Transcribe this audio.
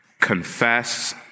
confess